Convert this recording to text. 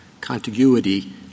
contiguity